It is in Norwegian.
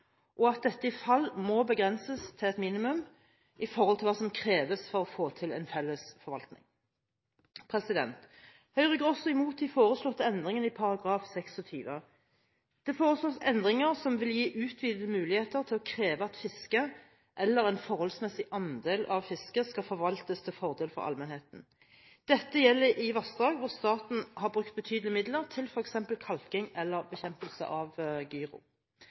Dette må i så fall begrenses til et minimum av hva som kreves for å få til en felles forvaltning. Høyre går også imot de foreslåtte endringene i § 26. Det foreslås endringer som vil gi utvidede muligheter til å kreve at fisket, eller en forholdsmessig andel av fisket, skal forvaltes til fordel for allmennheten. Dette gjelder i vassdrag hvor staten har brukt betydelige midler til f.eks. kalking eller bekjempelse av gyro.